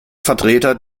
vertreter